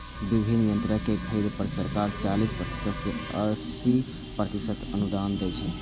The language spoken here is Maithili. विभिन्न यंत्रक खरीद पर सरकार चालीस प्रतिशत सं अस्सी प्रतिशत अनुदान दै छै